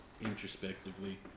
introspectively